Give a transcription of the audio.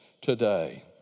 today